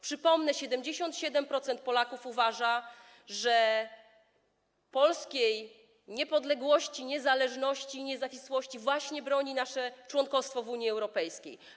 Przypomnę: 77% Polaków uważa, że polskiej niepodległości, niezależności, niezawisłości broni właśnie nasze członkostwo w Unii Europejskiej.